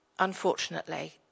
Unfortunately